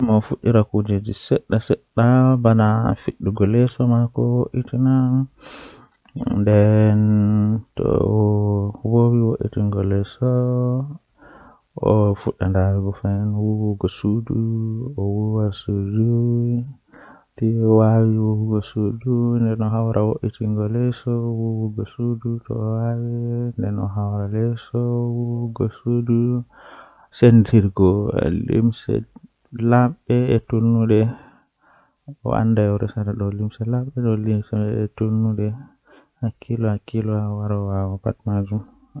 Ɓikkon jotta ɓuri nanugo belɗum Miɗo yiɗi ko moƴƴi yimɓe ɓe doole ɓe yetto nder heɓugol fayde e no ɓuri saare e hokkugo. Kono, ko dume ngal wondi laabi kadi, e tawii konngol ngal hakkunde tofinay goonga.